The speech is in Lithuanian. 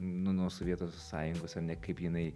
nu nuo sovietų sąjungos ar ne kaip jinai